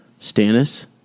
Stannis